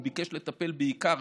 הוא ביקש לטפל בעיקר